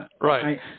Right